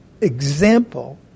example